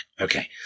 Okay